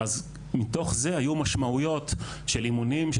אז מתוך זה היו משמעויות של אימונים של